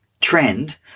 trend